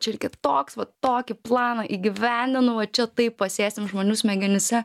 čia reikėtų toks va tokį planą įgyvendinu va čia taip pasėsim žmonių smegenyse